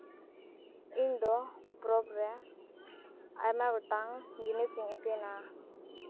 ᱤᱧᱫᱚ ᱯᱚᱨᱚᱵᱽ ᱨᱮ ᱟᱭᱢᱟ ᱜᱚᱴᱟᱝ ᱡᱤᱱᱤᱥᱤᱧ ᱤᱥᱤᱱᱟ